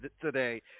today